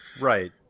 Right